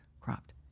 cropped